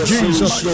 Jesus